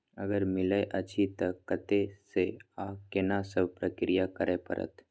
अगर मिलय अछि त कत्ते स आ केना सब प्रक्रिया करय परत?